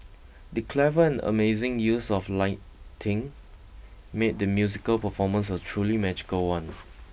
the clever and amazing use of lighting made the musical performance a truly magical one